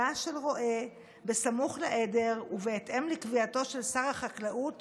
של רועה בסמוך לעדר ובהתאם לקביעתו של שר החקלאות